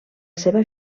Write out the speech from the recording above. seva